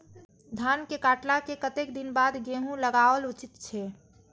धान के काटला के कतेक दिन बाद गैहूं लागाओल उचित छे?